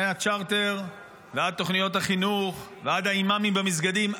מהצ'רטר ועד תוכניות החינוך ועד האימאמים במסגדים,